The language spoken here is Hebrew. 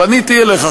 פניתי אליך,